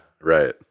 right